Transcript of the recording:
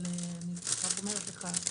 אבל אני רק אומרת לך.